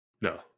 No